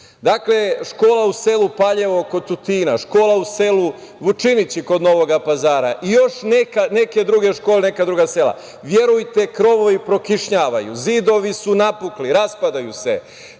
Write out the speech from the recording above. Dakle, škola u selu Paljevo kod Tutina, škola u selu Vučinići kod Novog Pazara i još neke druge škole, neka druga sela. Verujte, krovovi prokišnjavaju, zidovi su napukli, raspadaju se.